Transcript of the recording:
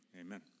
amen